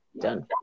Done